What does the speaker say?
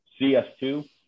CS2